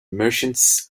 merchant